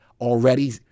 already